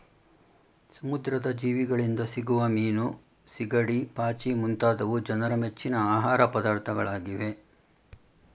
ಸಮುದ್ರದ ಜೀವಿಗಳಿಂದ ಸಿಗುವ ಮೀನು, ಸಿಗಡಿ, ಪಾಚಿ ಮುಂತಾದವು ಜನರ ಮೆಚ್ಚಿನ ಆಹಾರ ಪದಾರ್ಥಗಳಾಗಿವೆ